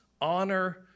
honor